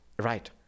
Right